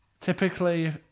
typically